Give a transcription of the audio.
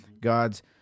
God's